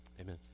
Amen